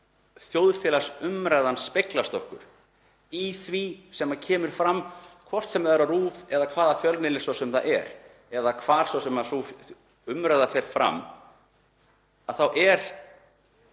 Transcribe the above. þjóðfélagsumræðan speglast okkur í því sem kemur fram. Hvort sem það er á RÚV eða í hvaða fjölmiðli svo sem það er eða hvar svo sem sú umræða fer fram er